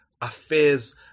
affairs